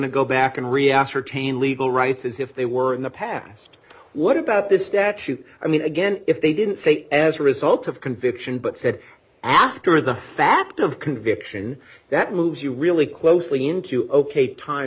ascertain legal rights as if they were in the past what about this statute i mean again if they didn't say as a result of conviction but said after the fact of conviction that moves you really closely into ok time